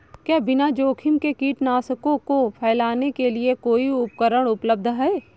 क्या बिना जोखिम के कीटनाशकों को फैलाने के लिए कोई उपकरण उपलब्ध है?